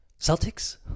Celtics